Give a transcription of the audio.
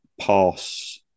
pass